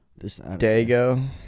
Dago